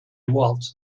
waltz